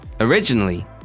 Originally